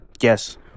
yes